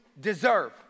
deserve